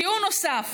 טיעון נוסף